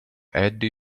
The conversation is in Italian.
eddie